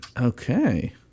Okay